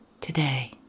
today